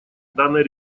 данной